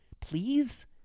please